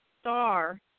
Star